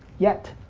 yet.